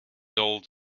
old